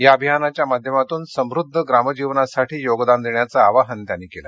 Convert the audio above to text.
या अभियानाच्या माध्यमातून समृध्द ग्रामजीवनासाठी योगदान देण्याचं आवाहन त्यांनी केलं